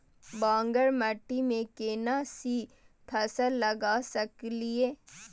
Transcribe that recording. बांगर माटी में केना सी फल लगा सकलिए?